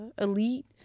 elite